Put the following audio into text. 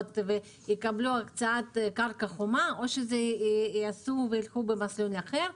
ויקבלו הקצאת קרקע חומה או שיעשו את זה במסלול אחר?